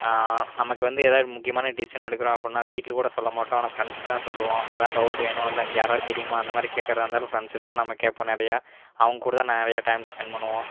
நமக்கு வந்து எதா முக்கியமான டிசிஷன் எடுக்கறோம் அப்புடின்னா வீட்டில்க்கூட சொல்ல மாட்டோம் ஆனால் ஃப்ரெண்ட்ஸுட்ட தான் சொல்லுவோம் எதா டவுட் வேணும் இல்லை இங்கே யாராவது தெரியுமா இந்த மாதிரி கேட்கறாருந்தாலும் ஃப்ரெண்ட்ஸுட்ட தான் நம்ம கேட்போம் நிறையா அவங்கக்கூட தான் நிறையா டைம் ஸ்பெண்ட் பண்ணுவோம்